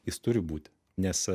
jis turi būti nes